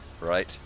right